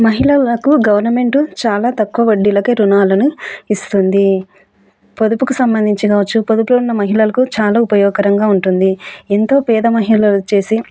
మహిళలకు గవర్నమెంటు చాలా తక్కువ వడ్డీలకే రుణాలను ఇస్తుంది పొదుపుకు సంబంధించి చురుకైన మహిళలకు చాలా ఉపయోగకరంగా ఉంటుంది ఎంతో పేద మహిళలుచ్చేసే